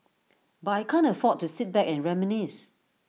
but I can't afford to sit back and reminisce